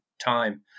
time